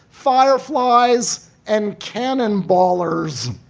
fireflies and cannon ballers.